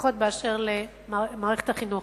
לפחות באשר למערכת החינוך.